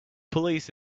police